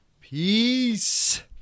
Peace